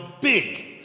big